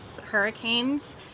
hurricanes